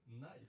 nice